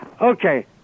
Okay